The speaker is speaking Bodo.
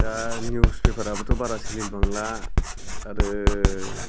दा निउसपेपारा बोथ' बारा सोलिबांला आरो